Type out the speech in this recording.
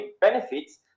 benefits